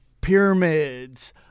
pyramids